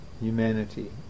humanity